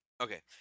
okay